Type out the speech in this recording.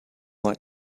like